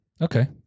Okay